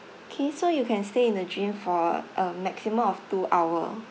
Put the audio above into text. K so you can stay in the gym for a maximum of two hour